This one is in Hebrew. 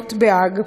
לתביעות בהאג.